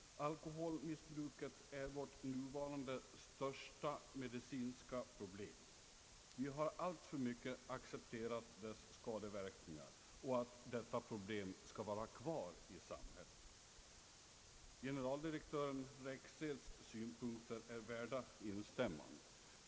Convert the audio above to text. Alkoholmissbruket är vårt nuvarande största medicinska problem. Vi har alltför mycket accepterat dess skadeverkningar och att detta problem skall vara kvar i samhället.» Generaldirektör Rexeds synpunkter är värda instämmande.